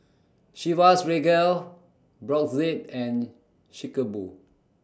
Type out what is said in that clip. Chivas Regal Brotzeit and Chic A Boo